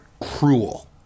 cruel